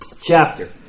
chapter